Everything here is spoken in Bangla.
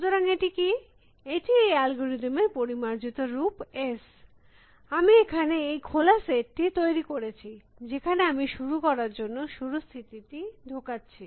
সুতরাং এটি কি এটি এই অ্যালগরিদম এর পরিমার্জিত রূপ s আমি এখানে এই খোলা সেট টি তৈরী করেছি যেখানে আমি শুরু করার জন্য শুরুর স্থিতিটি ঢোকাচ্ছি